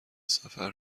سفر